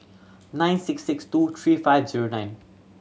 nine six six two three five zero nine